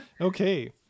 Okay